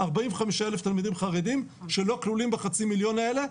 45,000 תלמידים חרדים שלא כלולים בחצי מיליון האלה,